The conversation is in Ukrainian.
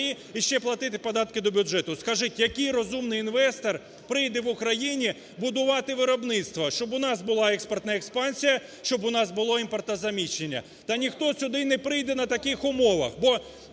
і ще платити податки для бюджету. Скажіть, який розумний інвестор прийде в Україні будувати виробництво, щоб у нас була експортна експансія, щоб у нас було імпортозаміщення. Та ніхто сюди не прийде на таких умовах.